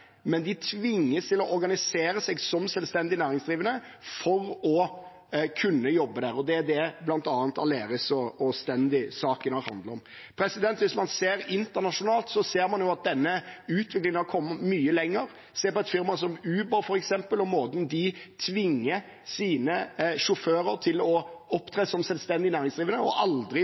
Men de tvinges til å organisere seg som selvstendig næringsdrivende for å kunne jobbe der. Det er bl.a. det som saken om Aleris og Stendi handler om. Hvis man ser internasjonalt, ser man at denne utviklingen har kommet mye lenger. Se f.eks. på et firma som Uber – måten de tvinger sine sjåfører til å opptre som selvstendig næringsdrivende på, og hvordan de aldri